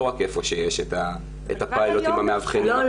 לא רק איפה שיש פיילוטים מאבחנים --- לא,